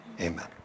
Amen